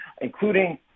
including